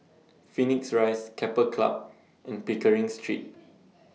Phoenix Rise Keppel Club and Pickering Street